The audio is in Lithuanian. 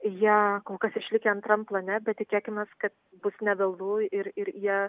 jie kol kas išlikę antram plane bet tikėkimės kad bus ne vėlu ir ir jie